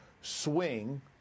swing